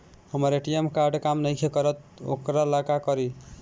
हमर ATM card काम नईखे करत वोकरा ला का करी?